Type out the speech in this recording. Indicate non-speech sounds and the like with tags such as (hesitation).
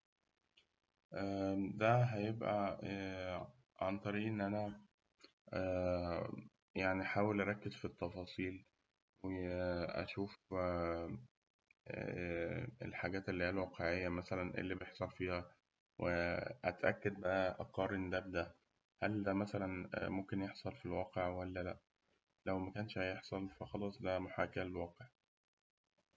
ده هيبقى (hesitation) عن طريق إن أنا أحاول أركز في التفاصيل، و (hesitation) أشوف (hesitation) الحاجات اللي هي الواقعية مثلاً إيه اللي بيحصل فيها، وأتأكد بقى أقارن ده بده، هل ده مثلاً ممكن يحصل في الواقع ولا لأ؟ فلو مكنش هيحصل فخلاص ده محاكاة للواقع.